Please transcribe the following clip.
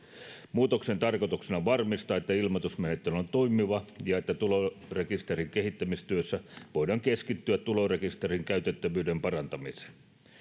muutoksen tarkoituksena on varmistaa että ilmoitusmenettely on toimiva ja että tulorekisterin kehittämistyössä voidaan keskittyä tulorekisterin käytettävyyden parantamiseen